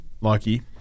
lucky